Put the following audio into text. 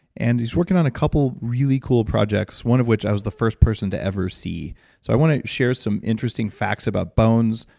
and he's working on a couple really cool projects, one of which i was the first person to ever see. so i want to share some interesting facts about bones,